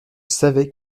savais